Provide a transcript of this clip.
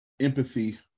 empathy